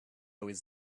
was